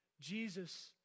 Jesus